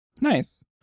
Nice